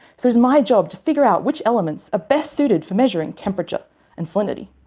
so it's my job to figure out which elements are best suited for measuring temperature and salinity.